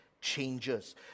changes